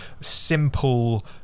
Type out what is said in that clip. simple